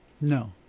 No